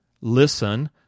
Listen